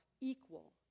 equal